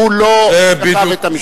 שהוא לא כתב את המשנה.